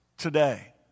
today